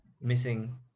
missing